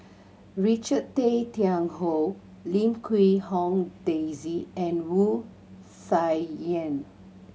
Richard Tay Tian Hoe Lim Quee Hong Daisy and Wu Tsai Yen